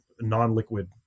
non-liquid